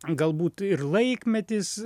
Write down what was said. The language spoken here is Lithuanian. galbūt ir laikmetis